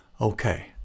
okay